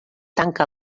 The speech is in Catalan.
tanca